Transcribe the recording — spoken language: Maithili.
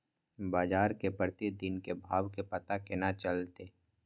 बजार के प्रतिदिन के भाव के पता केना चलते?